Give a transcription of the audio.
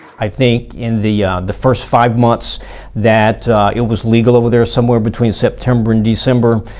i think in the the first five months that it was legal over there, somewhere between september and december,